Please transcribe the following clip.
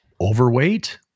overweight